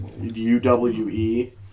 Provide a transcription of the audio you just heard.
U-W-E